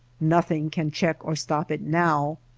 nothing can check or stop it now.